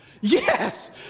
yes